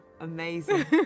Amazing